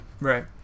Right